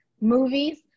movies